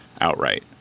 outright